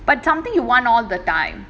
but something you want all the time